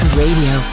radio